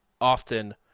often